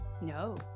no